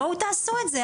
בואו תעשו את זה,